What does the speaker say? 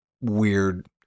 weird